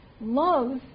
Love